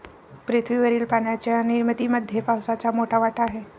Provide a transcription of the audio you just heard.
पृथ्वीवरील पाण्याच्या निर्मितीमध्ये पावसाचा मोठा वाटा आहे